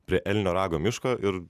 prie elnio rago miško ir